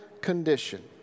condition